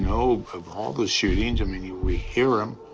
all the shootings. i mean, we hear em.